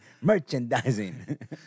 Merchandising